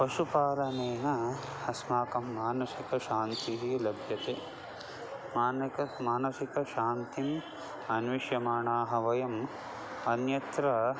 पशुपालनेन अस्माकं मानसिकशान्तिः लभ्यते मानकं मानसिकशान्तिम् अन्विष्यमाणाः वयम् अन्यत्र